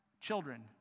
children